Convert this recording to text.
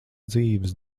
dzīves